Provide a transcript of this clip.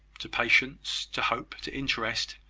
to patience, to hope, to interest,